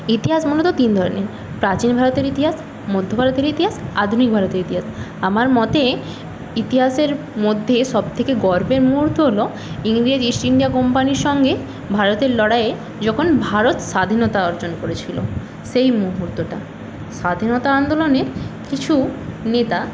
ইতিহাস মূলত তিন ধরনের প্রাচীন ভারতের ইতিহাস মধ্য ভারতের ইতিহাস আধুনিক ভারতের ইতিহাস আমার মতে ইতিহাসের মধ্যে সবথেকে গর্বের মুহূর্ত হল ইংরেজ ইস্ট ইন্ডিয়া কোম্পানির সঙ্গে ভারতের লড়াইয়ে যখন ভারত স্বাধীনতা অর্জন করেছিল সেই মুহূর্তটা স্বাধীনতা আন্দোলনে কিছু নেতা